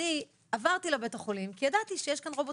אני עברתי לבית החולים כי ידעתי שיש כאן רובוט